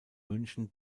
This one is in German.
münchen